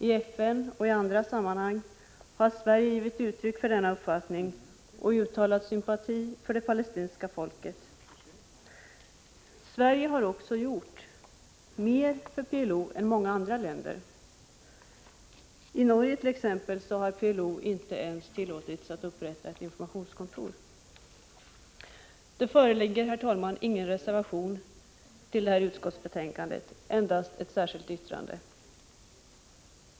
I FN och i andra sammanhang har Sverige givit uttryck för denna uppfattning och uttalat sympati för det palestinska folket. Sverige har också gjort mer för PLO än många andra länder. I Norge t.ex. har PLO inte ens tillåtits att upprätta ett informationskontor. Det föreligger, herr talman, ingen reservation till utskottets betänkande — endast ett särskilt yttrande.